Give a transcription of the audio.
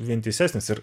vientisesnis ir